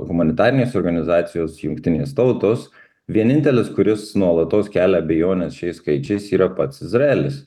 humanitarinės organizacijos jungtinės tautos vienintelis kuris nuolatos kelia abejones šiais skaičiais yra pats izraelis